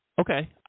Okay